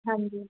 ਹਾਂਜੀ